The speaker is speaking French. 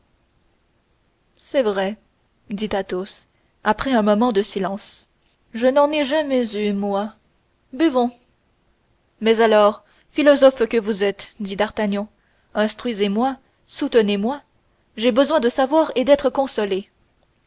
c'est vrai dit athos après un moment de silence je n'en ai jamais eu moi buvons mais alors philosophe que vous êtes dit d'artagnan instruisez-moi soutenez moi j'ai besoin de savoir et d'être consolé